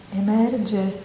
emerge